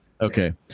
Okay